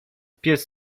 pies